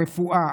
הרפואה,